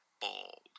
Bald